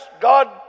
God